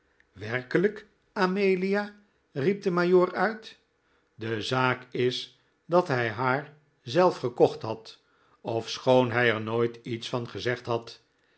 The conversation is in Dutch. werkelijk amelia riep de majoor uit de zaak is dat hij haar zelf gekocht had ofschoon hij er nooit iets van gezegd had